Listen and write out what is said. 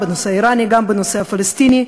האיראני, גם בנושא הפלסטיני,